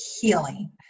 healing